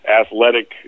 athletic